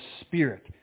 spirit